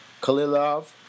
Kalilov